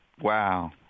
Wow